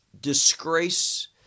disgrace